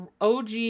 OG